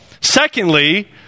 secondly